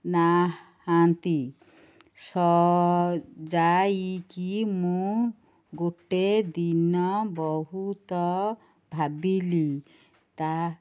ନାହାନ୍ତି ସଜାଇକି ମୁଁ ଗୋଟେ ଦିନ ବହୁତ ଭାବିଲି ତା